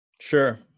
Sure